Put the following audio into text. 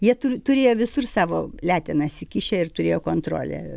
jie tur turėjo visur savo letenas įkišę ir turėjo kontrolę